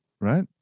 right